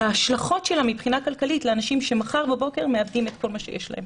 ההשלכות מבחינה כלכלית לאנשים שמחר בבוקר מאבדים את כל מה שיש להם.